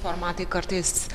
formatai kartais